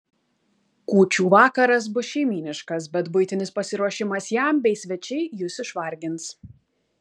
kūčių vakaras bus šeimyniškas bet buitinis pasiruošimas jam bei svečiai jus išvargins